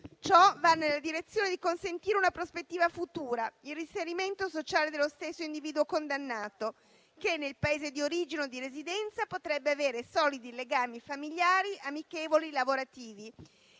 Ciò va nella direzione di consentire una prospettiva futura, il reinserimento sociale dello stesso individuo condannato, che nel Paese di origine o di residenza potrebbe avere solidi legami familiari, amichevoli, lavorativi.